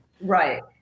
Right